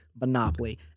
Monopoly